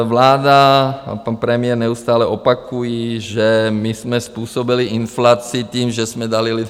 Vláda a pan premiér neustále opakují, že my jsme způsobili inflaci tím, že jsme dali lidem peníze.